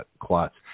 clots